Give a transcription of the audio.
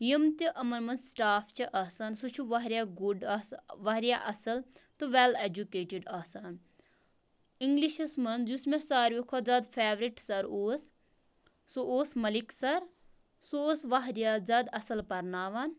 یِم تہِ یِمَن منٛز سِٹاف چھِ آسان سُہ چھِ واریاہ گُڈ آسا واریاہ اَصٕل تہٕ وٮ۪ل اٮ۪جوکیٹٕڈ آسان اِنٛگلِشَش منٛز یُس مےٚ ساروِیو کھۄتہٕ زیادٕ فیورِٹ سَر اوس سُہ اوس مٔلِک سَر سُہ اوس واریاہ زیادٕ اَصٕل پَرناوان